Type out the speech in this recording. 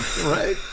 Right